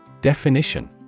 Definition